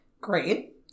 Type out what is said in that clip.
Great